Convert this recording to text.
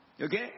Okay